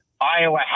Iowa